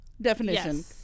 Definition